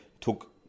took